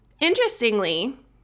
Interestingly